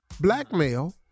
Blackmail